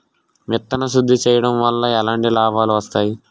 విత్తన శుద్ధి చేయడం వల్ల ఎలాంటి లాభాలు వస్తాయి?